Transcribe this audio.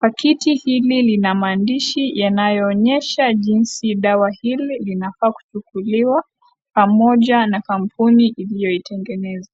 pakiti hili linamaandishi yanayoonyesha jinsi dawa hili linapaswa kutumiwa pamoja na kampuni iliyoitengeneza.